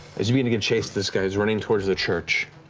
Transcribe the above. as you begin to give chase, this guy is running towards the church.